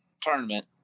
tournament